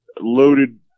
loaded